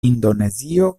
indonezio